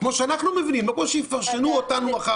כמו שאנחנו מבינים ולא כמו שיפרשו אותנו מחר.